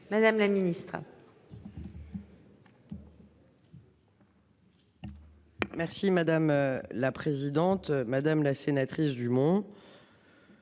madame la Ministre.